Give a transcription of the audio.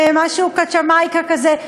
משהו "קקמייקה" כזה,